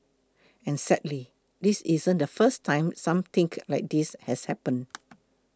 and sadly this isn't the first time something like this has happened